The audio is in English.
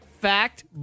Fact